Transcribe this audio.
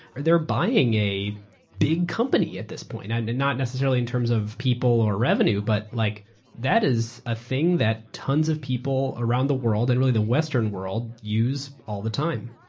they're buying a big company at this point, not and and not necessarily in terms of people or revenue, but like that is a thing that tons of people around the world, and really the western world use all the time.